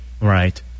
Right